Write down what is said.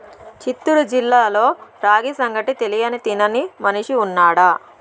చిత్తూరు జిల్లాలో రాగి సంగటి తెలియని తినని మనిషి ఉన్నాడా